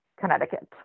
Connecticut